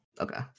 Okay